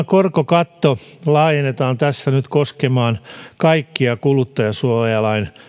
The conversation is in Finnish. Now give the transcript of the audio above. korkokatto laajennetaan tässä nyt koskemaan kaikkia kuluttajasuojalain